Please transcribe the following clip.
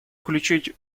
включить